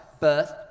birth